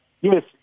Yes